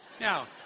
Now